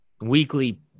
weekly